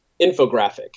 infographic